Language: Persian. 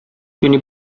تونی